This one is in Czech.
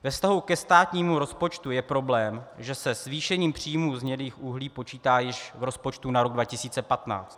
Ve vztahu ke státnímu rozpočtu je problém, že se zvýšením příjmů z hnědého uhlí počítá již v rozpočtu na rok 2015.